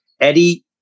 Eddie